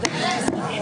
הישיבה ננעלה בשעה 16:01.